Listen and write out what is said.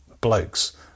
blokes